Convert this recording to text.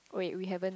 wait we haven't